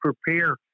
prepare